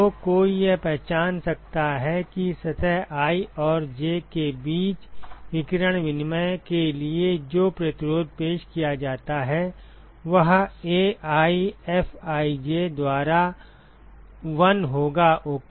तो कोई यह पहचान सकता है कि सतह i और j के बीच विकिरण विनिमय के लिए जो प्रतिरोध पेश किया जाता है वह AiFij द्वारा 1 होगा ओके